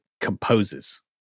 composes